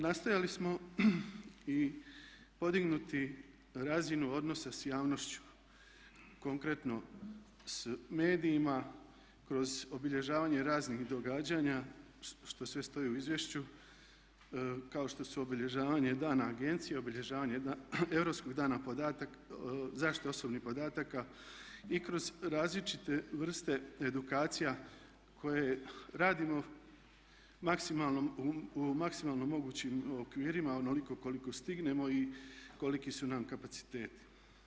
Nastojali smo i podignuti razinu odnosa sa javnošću konkretno sa medijima kroz obilježavanje raznih događanja što sve stoji u izvješću, kao što su obilježavanje dana agencije, obilježavanje europskog dana podataka, zaštite osobnih podataka i kroz različite vrste edukacija koje radimo u maksimalno mogućim okvirima onoliko koliko stignemo i koliki su nam kapaciteti.